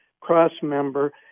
cross-member